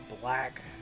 black